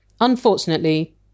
Unfortunately